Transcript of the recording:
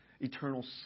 eternal